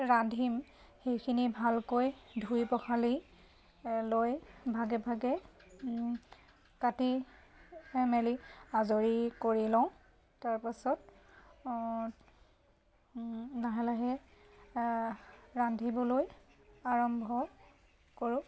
ৰান্ধিম সেইখিনি ভালকৈ ধুই পখালি লৈ ভাগে ভাগে কাটি মেলি আজৰি কৰি লওঁ তাৰপাছত লাহে লাহে ৰান্ধিবলৈ আৰম্ভ কৰোঁ